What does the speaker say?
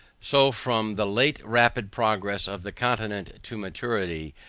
so from the late rapid progress of the continent to maturity,